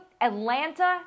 Atlanta